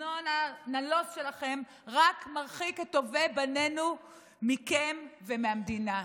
הסגנון הנלוז שלכם רק מרחיק את טובי בנינו מכם ומהמדינה.